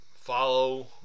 follow